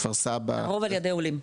כפר סבא --- הרוב על ידי עולים.